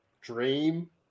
dream